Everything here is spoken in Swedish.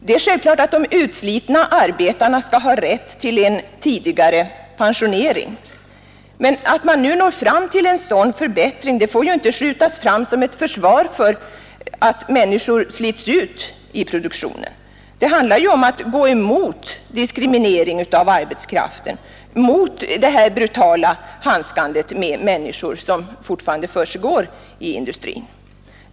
Det är självklart att utslitna arbetare skall ha rätt till en tidigare pensionering, men att vi nu får en sådan förbättring får inte skjutas fram som ett försvar för att människor slits ut i produktionen. Det handlar ju om att gå emot diskriminering av arbetskraften och gå emot den brutala behandlingen av människor som fortfarande försiggår i industrin.